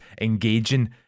engaging